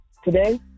Today